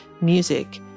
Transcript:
music